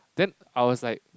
then I was like